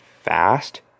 fast